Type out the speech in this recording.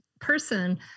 person